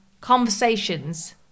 conversations